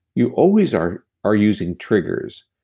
you always are are using triggers.